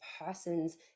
person's